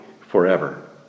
forever